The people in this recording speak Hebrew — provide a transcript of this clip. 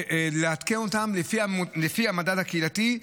אנחנו מבקשים לעדכן אותם לפי המדד הקהילתי,